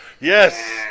Yes